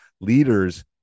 leaders